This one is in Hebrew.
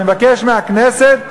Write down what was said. אני מבקש מהכנסת,